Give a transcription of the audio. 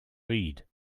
weed